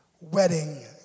wedding